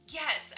yes